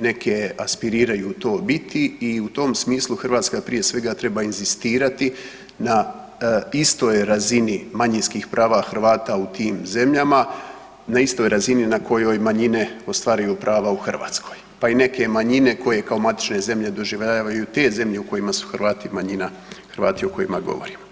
neke aspiriraju to biti i u tom smislu Hrvatska prije svega treba inzistirati na istoj razini manjinskih prava Hrvata u tim zemljama, na istoj razini na kojoj manjine ostvaruju prava u Hrvatskoj, pa i neke manjine koje kao matične zemlje doživljavaju te zemlje u kojima su Hrvati manjina, Hrvati o kojima govorim.